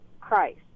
Christ